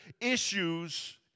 issues